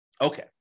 Okay